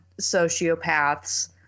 sociopaths